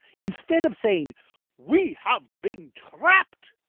instead of saying we have been trapped!